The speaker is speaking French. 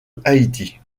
haïti